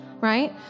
right